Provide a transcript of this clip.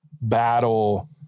battle